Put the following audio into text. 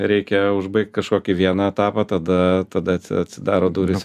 reikia užbaigt kažkokį vieną etapą tada tada atsi atsidaro durys